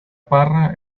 parra